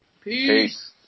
Peace